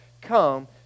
come